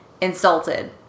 insulted